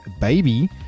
Baby